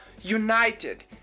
united